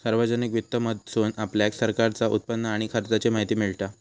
सार्वजनिक वित्त मधसून आपल्याक सरकारचा उत्पन्न आणि खर्चाची माहिती मिळता